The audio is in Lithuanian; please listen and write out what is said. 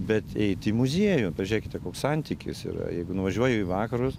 bet eiti į muziejų pažiūrėkite koks santykis yra jeigu nuvažiuoji į vakarus